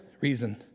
reason